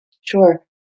Sure